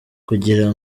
kugira